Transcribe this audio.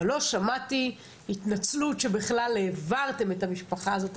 אבל לא שמעתי התנצלות שבכלל העברתם את המשפחה הזאת,